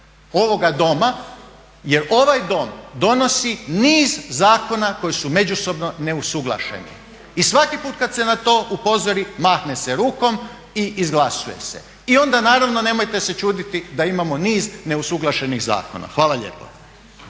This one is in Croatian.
ovoga doma jer ovaj dom donosi niz zakona koji su međusobno neusuglašeni i svaki put kad se na to upozori mahne se rukom i izglasuje se i onda naravno nemojte se čuditi da imamo niz neusuglašenih zakona. Hvala lijepo.